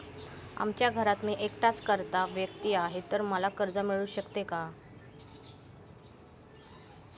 आमच्या घरात मी एकटाच कर्ता व्यक्ती आहे, तर मला कर्ज मिळू शकते का?